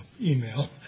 Email